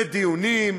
בדיונים,